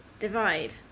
Divide